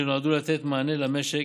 שנועדו לתת מענה למשק